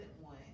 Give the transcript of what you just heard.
one